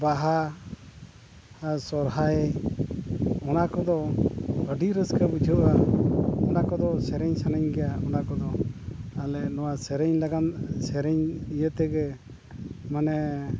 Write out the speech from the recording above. ᱵᱟᱦᱟ ᱟᱨ ᱥᱚᱦᱚᱨᱟᱭ ᱚᱱᱟ ᱠᱚᱫᱚ ᱟᱹᱰᱤ ᱨᱟᱹᱥᱠᱟᱹ ᱵᱩᱡᱷᱟᱹᱜᱼᱟ ᱚᱱᱟ ᱠᱚᱫᱚ ᱥᱮᱨᱮᱧ ᱥᱟᱱᱟᱧ ᱜᱮᱭᱟ ᱚᱱᱟ ᱠᱚᱫᱚ ᱟᱞᱮ ᱱᱚᱣᱟ ᱥᱮᱨᱮᱧ ᱞᱟᱹᱜᱤᱫ ᱥᱮᱨᱮᱧ ᱤᱭᱟᱹ ᱛᱮᱜᱮ ᱢᱟᱱᱮ